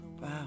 Wow